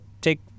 take